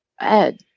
Ed